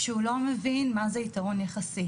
כשהוא לא מבין מה זה יתרון יחסי.